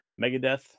Megadeth